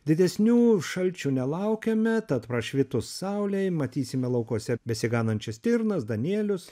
didesnių šalčių nelaukiame tad prašvitus saulei matysime laukuose besiganančias stirnas danielius